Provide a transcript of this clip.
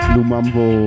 Lumambo